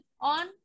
on